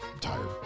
tired